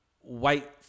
white